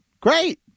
great